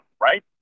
right